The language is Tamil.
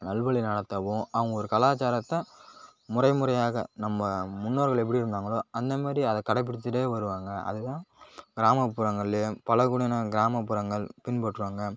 நல்வழி நடத்தவும் அவங்க ஒரு கலாச்சாரத்தை முறை முறையாக நம்ம முன்னோர்கள் எப்படி இருந்தாங்களோ அந்தமாதிரி அதை கடைப்பிடிச்கிட்டே வருவாங்க அதுதான் கிராமப்புறங்கள்லேயும் பழங்குடியினர் கிராமப்புறங்கள் பின்பற்றுவாங்க